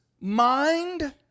mind